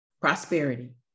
prosperity